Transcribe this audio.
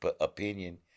opinion